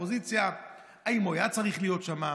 לאופוזיציה: האם הוא היה צריך להיות שם?